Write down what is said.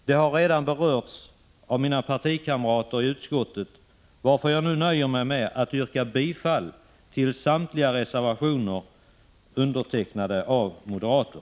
De har redan berörts av mina partikamrater i utskottet, varför jag nu nöjer mig med att yrka bifall till samtliga reservationer undertecknade av moderater.